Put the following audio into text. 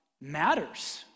matters